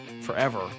forever